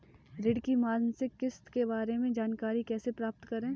ऋण की मासिक किस्त के बारे में जानकारी कैसे प्राप्त करें?